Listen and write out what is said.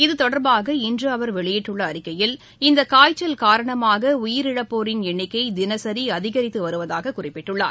இது தொடர்பாக இன்று அவர் வெளியிட்டுள்ள அறிக்கையில் இந்த காய்ச்சல் காரணமாக உயிரிழப்போரின் எண்ணிக்கை தினசரி அதிகரித்து வருவதாகக் குறிப்பிட்டுள்ளார்